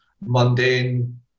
mundane